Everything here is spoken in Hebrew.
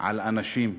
על אנשים.